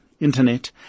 internet